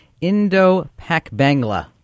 Indo-Pak-Bangla